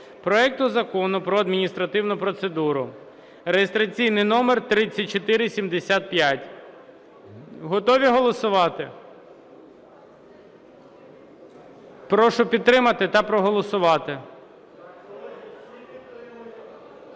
проекту Закону про адміністративну процедуру (реєстраційний номер 3475). Готові голосувати? Прошу підтримати та проголосувати.